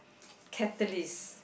catalyst